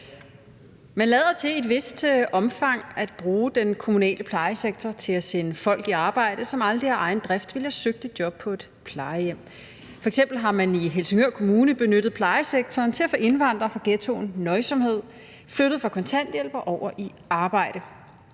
Man lader til i et vist omfang at bruge den kommunale plejesektor til at sende folk i arbejde, som aldrig af egen drift ville have søgt et job på et plejehjem. F.eks. har man i Helsingør Kommune benyttet plejesektoren til at få indvandrere fra ghettoen Nøjsomhed flyttet fra kontanthjælp og over i arbejde.